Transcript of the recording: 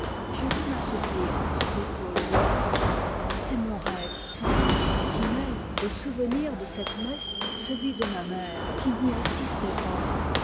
je dus m'assoupir sur l'épaule de ma tante et c'est mon rêve sans doute qui mêle au souvenir de cette messe celui de ma mère qui n'y assistait pas